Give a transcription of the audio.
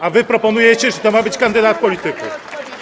A wy proponujecie, mówicie, że to ma być kandydat polityków.